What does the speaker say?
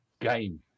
game